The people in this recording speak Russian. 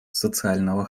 социального